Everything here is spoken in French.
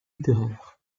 littéraire